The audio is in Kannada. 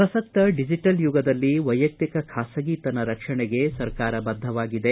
ಪ್ರಸಕ್ತ ಡಿಜಿಟಲ್ ಯುಗದಲ್ಲಿ ವೈಯಕ್ತಿಕ ಖಾಸಗಿತನ ರಕ್ಷಣೆಗೆ ಸರ್ಕಾರ ಬದ್ದವಾಗಿದೆ